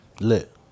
Lit